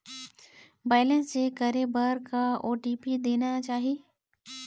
Balance check करे बर का ओ.टी.पी देना चाही?